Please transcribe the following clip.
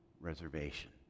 reservation